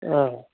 ꯑꯥ